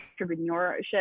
entrepreneurship